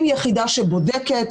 עם יחידה שבודקת,